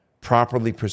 properly